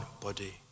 body